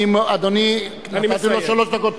אדוני, נתתי לך שלוש דקות.